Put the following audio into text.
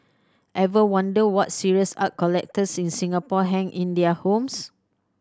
ever wondered what serious art collectors in Singapore hang in their homes